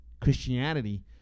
Christianity